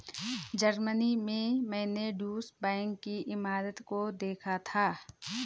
Germany में मैंने Deutsche Bank की इमारत को देखा था